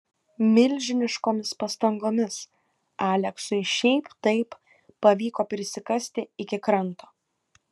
milžiniškomis pastangomis aleksui šiaip taip pavyko prisikasti iki kranto